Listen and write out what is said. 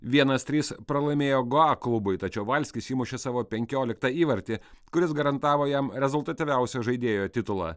vienas trys pralaimėjo goa klubui tačiau valskis įmušė savo penkioliktą įvartį kuris garantavo jam rezultatyviausio žaidėjo titulą